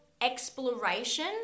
exploration